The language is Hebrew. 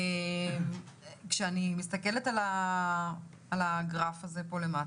כשאני מסתכלת על הגרף הזה למטה,